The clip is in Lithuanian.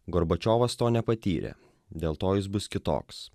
gorbačiovas to nepatyrė dėl to jis bus kitoks